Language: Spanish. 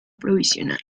provisional